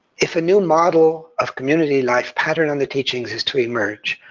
if a new model of community life, patterned on the teachings, is to emerge,